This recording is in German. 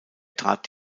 trat